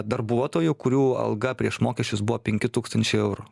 darbuotojų kurių alga prieš mokesčius buvo penki tūkstančiai eurų